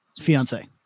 fiance